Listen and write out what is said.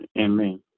Amen